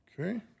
Okay